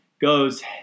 goes